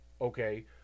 okay